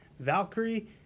Valkyrie